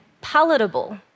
palatable